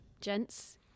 gents